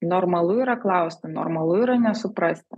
normalu yra klausti normalu yra nesuprasti